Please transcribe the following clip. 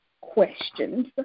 questions